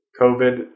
COVID